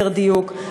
ליתר דיוק,